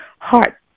heart